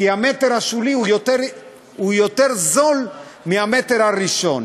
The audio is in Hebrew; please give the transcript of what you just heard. כי המטר השולי יותר זול מהמטר הראשון.